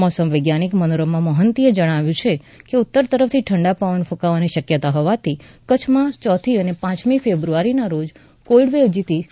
મોસમ વૈજ્ઞાનિક મનોરમા મોહંતીએ જણાવ્યુ છે કે ઉત્તર તરફથી ઠંડા પવન કુંકાવાની શક્યતા હોવાથી કચ્છમાં ચોથી અને પાંચમી ફેબ્રુયારીના રોજ કોલ્ડ વેવ જેવી સ્થિતિ સર્જાશે